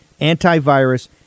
antivirus